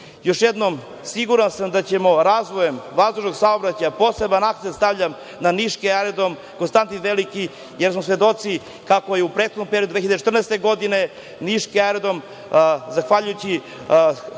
jednom, siguran sam da ćemo razvojem vazdušnog saobraćaja, poseban akcent stavljam na niški Aerodrom „Konstantin Veliki“, jer smo svedoci kako je u prethodnom periodu 2014. godine, niški Aerodrom, zahvaljujući